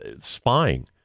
spying